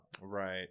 Right